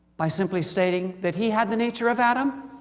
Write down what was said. by simply stating that he had the nature of adam